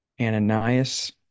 Ananias